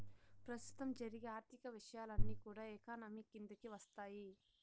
ప్రస్తుతం జరిగే ఆర్థిక విషయాలన్నీ కూడా ఎకానమీ కిందికి వత్తాయి